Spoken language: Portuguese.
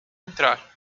entrar